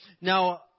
Now